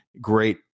Great